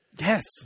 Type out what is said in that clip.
yes